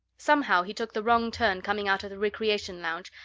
somehow he took the wrong turn coming out of the recreation lounge,